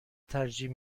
ترجیح